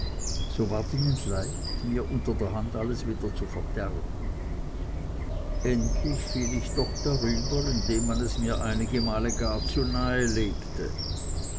so ward ihnen leicht mir unter der hand alles wieder zu verderben endlich fiel ich doch darüber indem man es mir einige male gar zu nahe legte